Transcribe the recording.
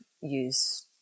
use